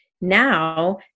now